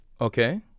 Okay